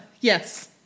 Yes